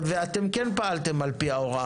ואתם כן פעלתם על פי ההוראה הזאת.